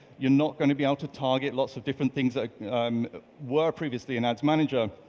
you're not going to be able to target lots of different things that um were previously in ads manager,